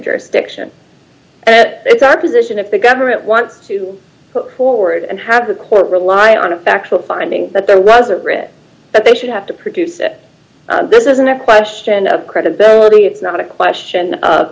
jurisdiction and that it's our position if the government wants to put forward and have the court rely on a factual finding that there was a threat that they should have to produce it this isn't a question of credibility it's not a question of